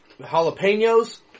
Jalapenos